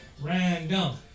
Random